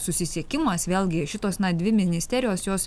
susisiekimas vėlgi šitos na dvi ministerijos jos